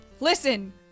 Listen